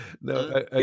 no